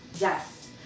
Yes